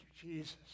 Jesus